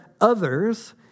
others